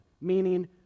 meaning